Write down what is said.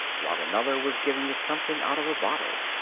while another was giving it something out of a bottle.